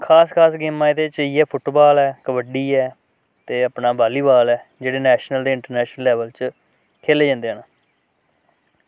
खास खास गेमां एह्दे ई इयै फुटबाल ऐ कबड्डी ऐ ते अपना बॉलीबॉल ऐ जेह्ड़े नेशनल ते इंटरनेशनल लेवल च खेले जंदे न